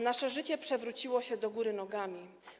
Nasze życie przewróciło się do góry nogami.